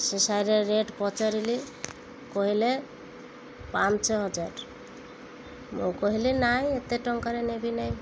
ସେ ଶାଢ଼ୀର ରେଟ୍ ପଚାରିଲି କହିଲେ ପାଞ୍ଚ ହଜାର ମୁଁ କହିଲି ନାଇଁ ଏତେ ଟଙ୍କାରେ ନେବି ନାହିଁ